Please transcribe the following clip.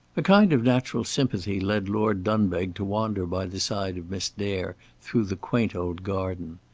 a kind of natural sympathy led lord dunbeg to wander by the side of miss dare through the quaint old garden.